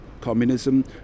communism